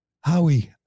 Howie